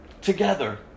together